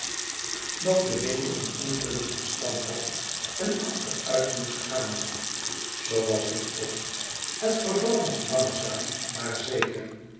dat de winkel een ongelukkigen stand had en achteruit moest gaan zoo was het ook het verval was langzaam maar zeker